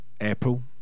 April